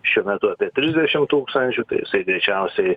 šiuo metu apie trisdešim tūkstančių tai jisai greičiausiai